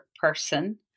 person